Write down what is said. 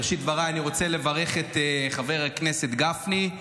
בראשית דבריי אני רוצה לברך את חבר הכנסת גפני.